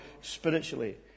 spiritually